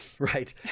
right